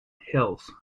hills